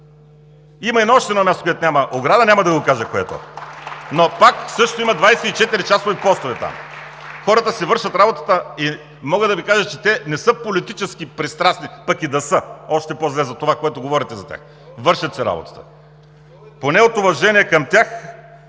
Има и на още едно място, където няма ограда – няма да го кажа кое е то! (Ръкопляскания от ГЕРБ.) Но пак също има 24-часови постове там. Хората си вършат работата и мога да Ви кажа, че те не са политически пристрастни, пък и да са – още по-зле за това, което говорите за тях. Вършат си работата. Поне от уважение към тях